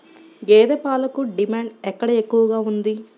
గేదె పాలకు డిమాండ్ ఎక్కడ ఎక్కువగా ఉంది?